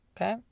Okay